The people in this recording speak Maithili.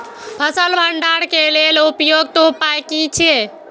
फसल भंडारण के लेल उपयुक्त उपाय कि छै?